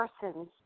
persons